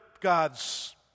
gods